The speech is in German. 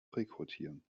rekrutieren